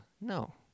no